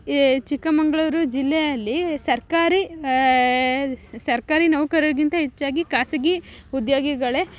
ಈ ಚಿಕ್ಕಮಗ್ಳೂರು ಜಿಲ್ಲೆಯಲ್ಲಿ ಸರ್ಕಾರಿ ಸರ್ಕಾರಿ ನೌಕರರಿಗಿಂತ ಹೆಚ್ಚಾಗಿ ಖಾಸಗಿ ಉದ್ಯೋಗಿಗಳೇ